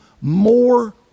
more